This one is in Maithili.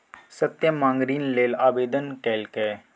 सत्यम माँग ऋण लेल आवेदन केलकै